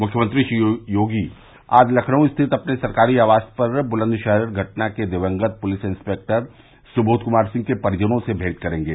मुख्यमंत्री श्री योगी आज लखनऊ स्थित अपने सरकारी आवास पर ब्लन्दशहर घटना के दिवंगत पुलिस इंस्पेक्टर सुबोध क्मार सिंह के परिजनों से भेंट करेंगे